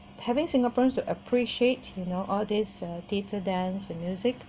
having singaporeans to appreciate you know all this uh theatre dance and music